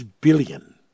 billion